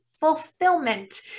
fulfillment